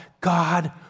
God